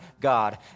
God